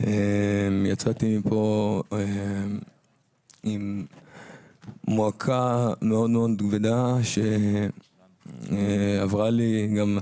יצאתי מפה עם מועקה מאוד מאוד כבדה שעברה לי גם לגוף,